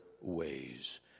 ways